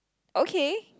okay